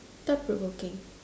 thought provoking